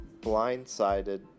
blindsided